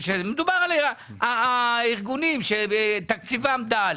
מדובר על הארגונים שתקציבם דל